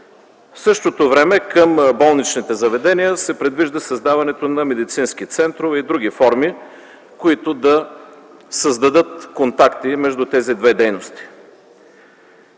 В същото време към болничните заведения се предвижда създаването на медицински центрове и други форми, които да създадат контакти между тези две дейности.